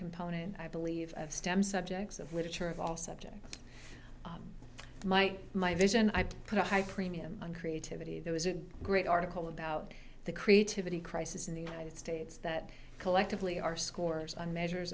component i believe stem subjects of literature of all subjects my my vision i put a high premium on creativity there was a great article about the creativity crisis in the united states that collectively our scores on measures